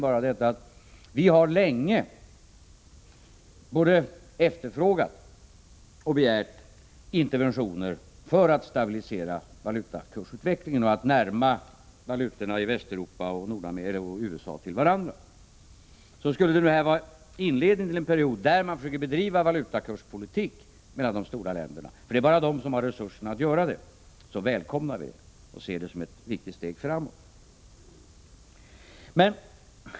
Hermansson: Vi har länge både efterfrågat och begärt interventioner för att stabilisera valutakursut vecklingen och för att närma valutorna i Västeuropa och USA till varandra. Skulle detta vara inledningen till en period då man försöker bedriva valutakurspolitik mellan de stora länderna, för det är bara de som har resurserna att göra det, så välkomnar vi det och ser det som ett viktigt steg framåt.